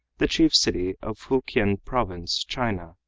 the chief city of fukien province, china,